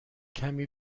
کمی